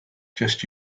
just